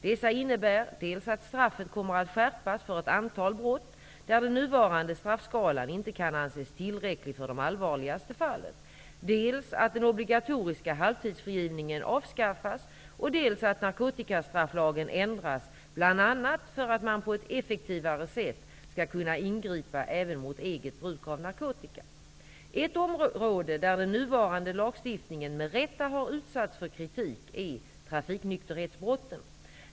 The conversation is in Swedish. Dessa innebär dels att straffet kommer att skärpas för ett antal brott där den nuvarande straffskalan inte kan anses tillräcklig för de allvarligaste fallen, dels att den obligatoriska halvtidsfrigivningen avskaffas, dels att narkotikastrafflagen ändras, bl.a. för att man på ett effektivare sätt skall kunna ingripa även mot eget bruk av narkotika. Ett område där den nuvarande lagstiftningen med rätta har utsatts för kritik är trafiknykterhetsbrotten.